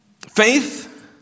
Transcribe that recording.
Faith